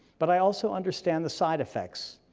but i also understand the side effects.